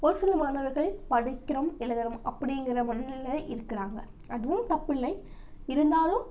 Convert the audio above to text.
ஒரு சில மாணவர்கள் படிக்கிறோம் எழுதுறோம் அப்படீங்கிற மனநிலையில் இருக்கிறாங்க அதுவும் தப்பில்லை இருந்தாலும்